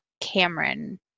Cameron